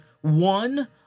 one